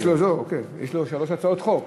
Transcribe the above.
אה, זהו, אוקיי, יש לו שלוש הצעות חוק.